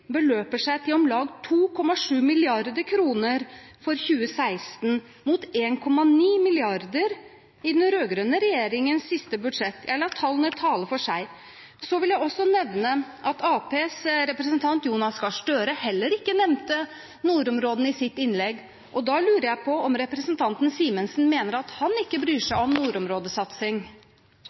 beløper seg til om lag 2,7 mrd. kr for 2016, mot 1,9 mrd. kr i den rød-grønne regjeringens siste budsjett. Jeg lar tallene tale for seg selv. Så vil jeg også nevne at Arbeiderpartiets representant, Jonas Gahr Støre, heller ikke nevnte nordområdene i sitt innlegg. Da lurer jeg på om representanten Simensen mener at han ikke bryr